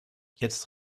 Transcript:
jetzt